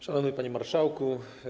Szanowny Panie Marszałku!